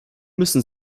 müssen